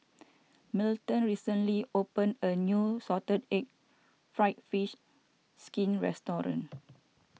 Milton recently opened a new Salted Egg Fried Fish Skin restaurant